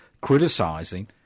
criticising